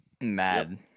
Mad